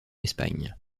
espagne